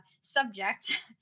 subject